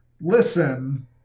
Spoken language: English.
listen